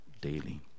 daily